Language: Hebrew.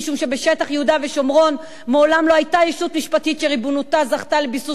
משום שבשטח יהודה ושומרון מעולם לא היתה ישות משפטית שריבונותה זכתה לביסוס